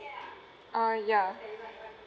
ah ya